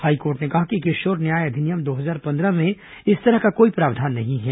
high court ने कहा कि किशोर न्याय अधिनियम दो हजार पंद्रह में इस तरह का कोई प्रावधान नहीं है